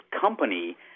company